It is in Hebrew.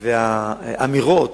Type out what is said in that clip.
והאמירות,